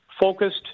focused